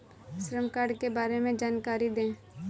श्रम कार्ड के बारे में जानकारी दें?